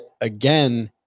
again